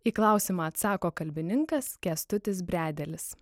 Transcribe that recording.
į klausimą atsako kalbininkas kęstutis bredelis